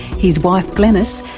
his wife glenys,